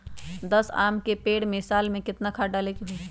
दस आम के पेड़ में साल में केतना खाद्य डाले के होई?